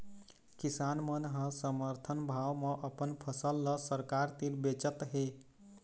किसान मन ह समरथन भाव म अपन फसल ल सरकार तीर बेचत हे